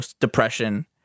depression